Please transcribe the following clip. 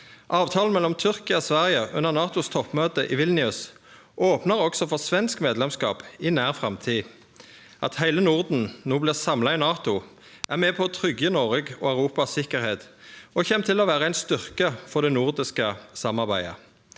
Avtalen mellom Tyrkia og Sverige under NATOs toppmøte i Vilnius opnar også for svensk medlemskap i nær framtid. At heile Norden no blir samla i NATO, er med på å tryggje Noregs og Europas sikkerheit og kjem til å vere ein styrke for det nordiske samarbeidet.